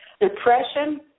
Depression